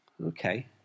okay